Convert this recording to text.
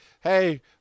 hey